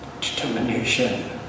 Determination